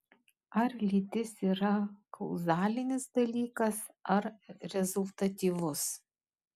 ar lytis yra kauzalinis dalykas ar rezultatyvus